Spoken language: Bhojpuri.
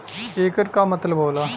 येकर का मतलब होला?